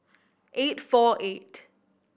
eight four eight